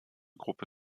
gruppe